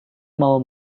mau